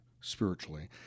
spiritually